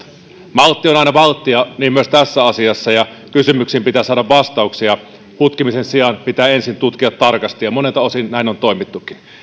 maltti on aina valttia niin myös tässä asiassa ja kysymyksiin pitää saada vastauksia hutkimisen sijaan pitää ensin tutkia tarkasti ja monelta osin näin on toimittukin